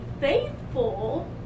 faithful